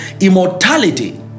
immortality